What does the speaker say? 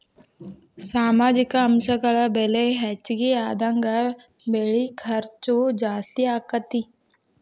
ಸಾಮಾಜಿಕ ಅಂಶಗಳ ಬೆಲೆ ಹೆಚಗಿ ಆದಂಗ ಬೆಳಿ ಖರ್ಚು ಜಾಸ್ತಿ ಅಕ್ಕತಿ